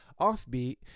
offbeat